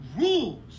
rules